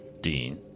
Dean